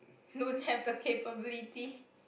don't have the capability